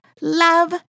love